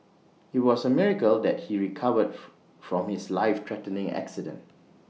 IT was A miracle that he recovered from his life threatening accident